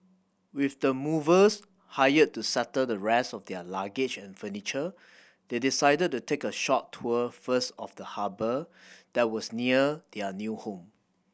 with the movers hired to settle the rest of their luggage and furniture they decided to take a short tour first of the harbour that was near their new home